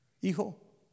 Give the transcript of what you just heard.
Hijo